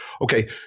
Okay